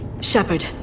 Shepard